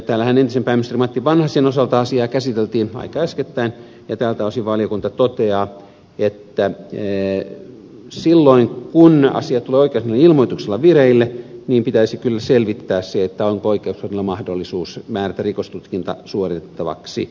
täällähän entisen pääministerin matti vanhasen osalta asiaa käsiteltiin aika äskettäin ja tältä osin valiokunta toteaa että silloin kun asia tulee oikeusasiamiehen ilmoituksena vireille pitäisi kyllä selvittää se onko oikeusasiamiehellä mahdollisuus määrätä rikostutkinta suoritettavaksi